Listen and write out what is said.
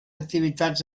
activitats